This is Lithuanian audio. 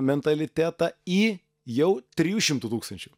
mentalitetą į jau trijų šimtų tūkstančių